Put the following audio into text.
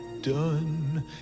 done